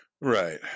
right